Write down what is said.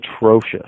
atrocious